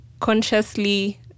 consciously